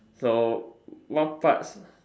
so what parts